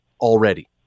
already